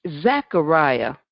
Zechariah